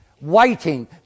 waiting